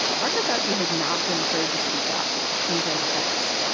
dr. foushee has not been afraid to speak up in his own defense.